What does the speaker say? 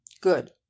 Good